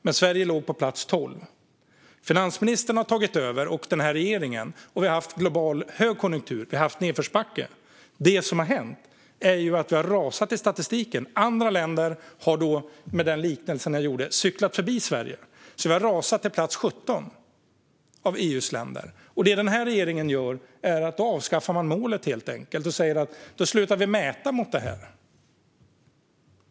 Men Sverige låg på plats 12. Finansministern och den här regeringen tog över, och vi har haft global högkonjunktur. Vi har haft nedförsbacke. Det som har hänt är att vi har rasat i statistiken. Andra länder har, för att använda den liknelsen, cyklat förbi Sverige. Vi har rasat till plats 17 bland EU:s länder. Då avskaffar den här regeringen helt enkelt målet och säger: Vi slutar mäta mot det här.